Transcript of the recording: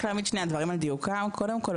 רק להעמיד דברים על דיוקם שנייה: קודם כל,